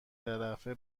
طرفه